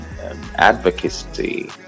advocacy